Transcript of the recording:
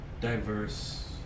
diverse